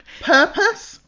Purpose